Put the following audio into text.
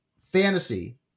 fantasy